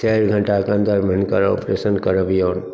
चारि घण्टाके अन्दरमे हिनकर ऑपरेशन करबियौन